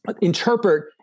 interpret